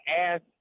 ask